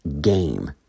game